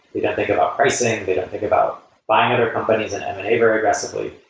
they don't think about pricing, they don't think about buying other companies and the neighbor aggressively.